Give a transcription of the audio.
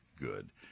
good